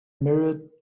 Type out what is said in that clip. mirror